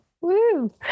Woo